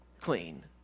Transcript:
clean